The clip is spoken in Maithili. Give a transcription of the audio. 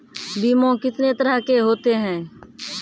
बीमा कितने तरह के होते हैं?